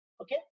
okay